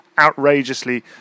outrageously